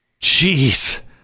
Jeez